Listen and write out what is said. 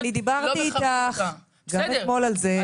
קרן אני דיברתי איתך גם על אתמול על זה,